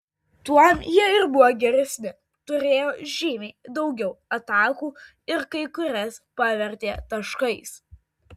tuom jie ir buvo geresni turėjo žymiai daugiau atakų ir kai kurias pavertė taškais